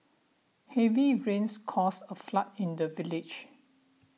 heavy rains caused a flood in the village